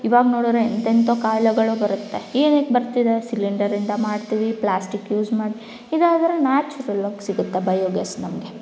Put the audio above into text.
ಇವಾಗ ನೋಡಿದ್ರೆ ಎಂಥೆಂಥೊ ಕಾಯಿಲೆಗಳು ಬರುತ್ತೆ ಏನಕ್ಕೆ ಬರ್ತಿದೆ ಸಿಲಿಂಡರಿಂದ ಮಾಡ್ತೀವಿ ಪ್ಲ್ಯಾಸ್ಟಿಕ್ ಯೂಸ್ ಮಾಡಿ ಇದಾದ್ರೆ ನ್ಯಾಚುರಲ್ಲಾಗಿ ಸಿಗತ್ತೆ ಬಯೋ ಗ್ಯಾಸ್ ನಮಗೆ